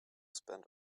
spend